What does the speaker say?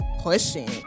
pushing